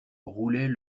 roulaient